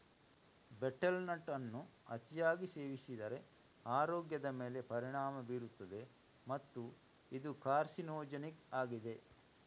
betel nut ಅನ್ನು ಅತಿಯಾಗಿ ಸೇವಿಸಿದರೆ ಆರೋಗ್ಯದ ಮೇಲೆ ಪರಿಣಾಮ ಬೀರುತ್ತದೆ ಮತ್ತು ಇದು ಕಾರ್ಸಿನೋಜೆನಿಕ್ ಆಗಿದೆ